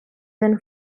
than